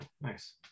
nice